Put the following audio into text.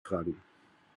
fragen